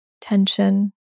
tension